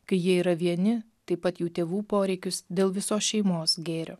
kai jie yra vieni taip pat jų tėvų poreikius dėl visos šeimos gėrio